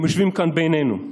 הם יושבים כאן בינינו.